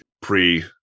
pre